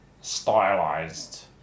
stylized